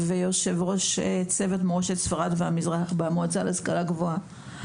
וכיושבת ראש צוות מורשת ספרד והמזרח במועצה להשכלה גבוהה,